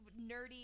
nerdy